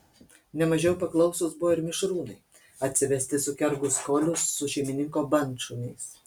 ne mažiau paklausūs buvo ir mišrūnai atsivesti sukergus kolius su šeimininko bandšuniais